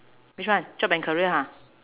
which one job and career ha